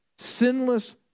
Sinless